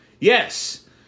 yes